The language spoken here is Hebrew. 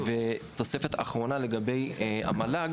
תוספת אחרונה לגבי המל"ג